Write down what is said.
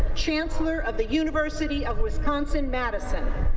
chancellor of the university of wisconsin-madison.